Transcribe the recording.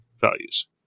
values